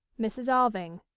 mrs. alving.